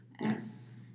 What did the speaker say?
Yes